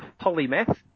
polymath